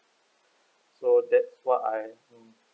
so that what's I mm